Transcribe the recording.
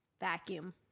vacuum